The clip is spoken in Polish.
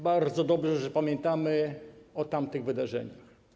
Bardzo dobrze, że pamiętamy o tamtych wydarzeniach.